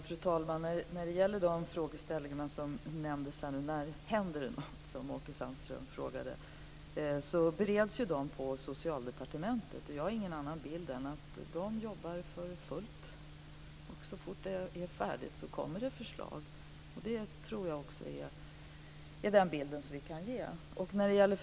Fru talman! Åke Sandström frågade: När händer det något? Ärendena bereds ju på Socialdepartementet, och där jobbar man för fullt. Så fort arbetet är färdigt kommer det förslag. Det är den bild som jag kan ge.